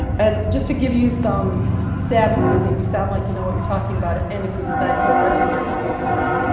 and just to give you some savvy so that you sound like you know what you're talking about and if you decide to go register yourself today,